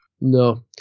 No